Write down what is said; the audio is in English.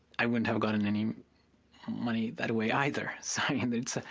i wouldn't have gotten any money that way either. so i and